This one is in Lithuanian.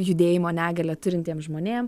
judėjimo negalią turintiem žmonėm